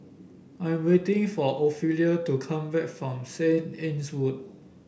I am waiting for Ophelia to come back from Saint Anne's Wood